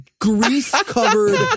grease-covered